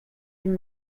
dem